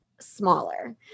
smaller